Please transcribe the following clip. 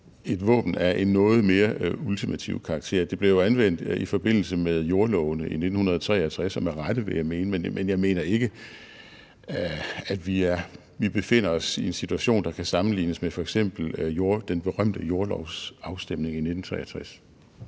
et våben af en noget mere ultimativ karakter. Det blev jo anvendt i forbindelse med jordlovene i 1963, og med rette, vil jeg mene, men jeg mener ikke, at vi befinder os i en situation, der kan sammenlignes med den berømte jordlovsafstemning i 1963.